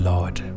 Lord